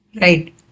right